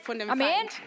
Amen